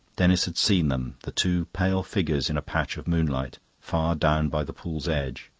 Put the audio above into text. denis had seen them, the two pale figures in a patch of moonlight, far down by the pool's edge.